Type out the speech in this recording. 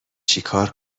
چیکار